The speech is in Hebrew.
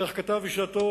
איך כתב בשעתו